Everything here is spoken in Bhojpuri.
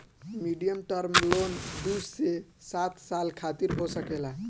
मीडियम टर्म लोन दू से सात साल खातिर हो सकेला